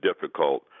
difficult